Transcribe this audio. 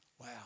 Wow